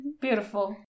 Beautiful